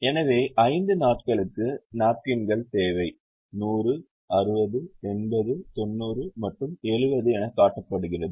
எனவே 5 நாட்களுக்கு நாப்கின்களின் தேவை 100 60 80 90 மற்றும் 70 எனக் காட்டப்படுகிறது